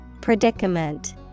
Predicament